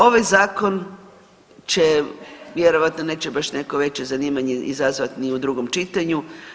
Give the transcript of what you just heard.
Ovaj zakon će vjerojatno neće baš neko veće zanimanje izazvati ni u drugom čitanju.